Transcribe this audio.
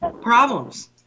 problems